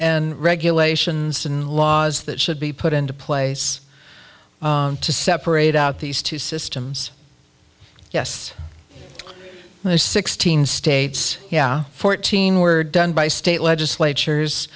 and regulations and laws that should be put into place to separate out these two systems yes there's sixteen states yeah fourteen were done by state legislatures